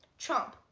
chomp!